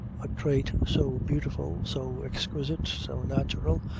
a trait so beautiful, so exquisite, so natural,